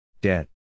Debt